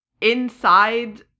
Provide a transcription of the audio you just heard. inside